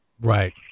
Right